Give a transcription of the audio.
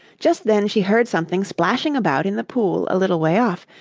just then she heard something splashing about in the pool a little way off,